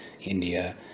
India